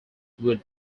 would